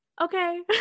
okay